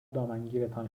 دامنگیرتان